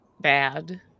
bad